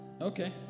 okay